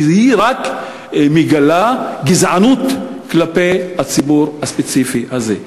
כי היא רק מגלה גזענות כלפי הציבור הספציפי הזה.